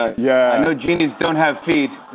ah yeah i know genies don't have feet,